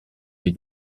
les